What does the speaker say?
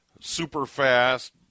super-fast